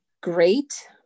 great